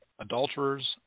Adulterers